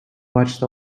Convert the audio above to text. watched